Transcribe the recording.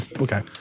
Okay